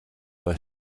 bei